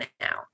now